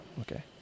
okay